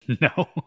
no